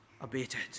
abated